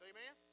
Amen